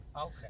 okay